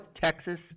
Texas